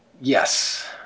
Yes